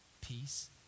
peace